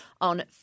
on